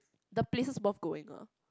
the places worth going ah